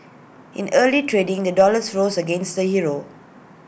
in early trading the dollar rose against the euro